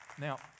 Now